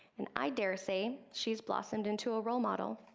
and i dare say she's blossomed into a role model.